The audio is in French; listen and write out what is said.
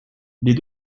les